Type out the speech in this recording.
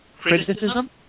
criticism